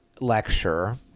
lecture